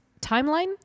timeline